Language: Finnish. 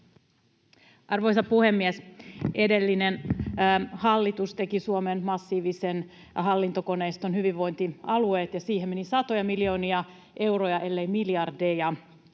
Arvoisa puhemies! Edellinen hallitus teki Suomeen massiivisen hallintokoneiston, hyvinvointialueet, ja siihen meni satoja miljoonia euroja, ellei miljardeja.